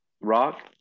rock